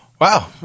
wow